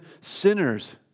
sinners